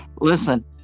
Listen